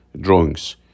drawings